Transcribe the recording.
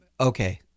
okay